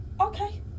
Okay